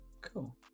cool